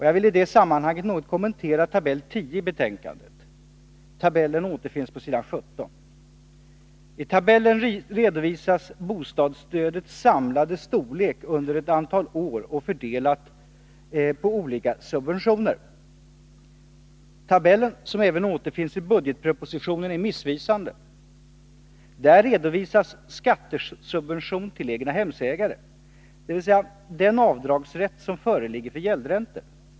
Jag vill i det sammanhanget något kommentera tabell 10 i betänkandet — tabellen återfinns på s. 17. Där redovisas bostadsstödets samlade storlek under ett antal år och dess fördelning på olika subventioner. Tabellen, som även återfinns i budgetpropositionen, är missvisande. Där redovisas skattesubvention till egnahemsägare, dvs. den avdragsrätt som föreligger för gäldräntor.